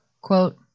Quote